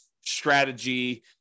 strategy